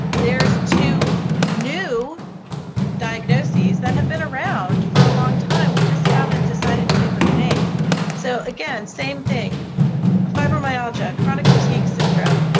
there's two new diagnoses that have been around for a long time we just haven't decided to give them a name so again same thing fibromyalgia, chronic fatigue syndrome.